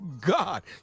God